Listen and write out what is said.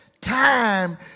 time